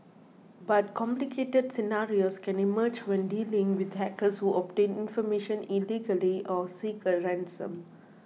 but complicated scenarios can emerge when dealing with hackers who obtain information illegally or seek a ransom